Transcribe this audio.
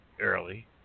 early